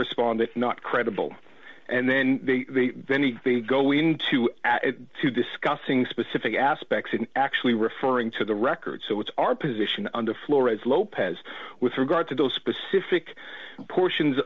respondent not credible and then they then they go into to discussing specific aspects and actually referring to the record so what's our position under flores lopez with regard to those specific portions